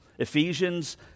Ephesians